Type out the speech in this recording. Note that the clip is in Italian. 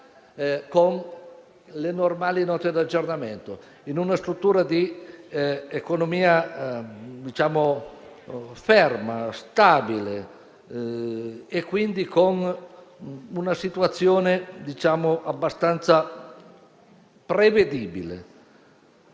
con le normali Note di aggiornamento, in una struttura di economia ferma e stabile e, quindi, con una situazione abbastanza prevedibile.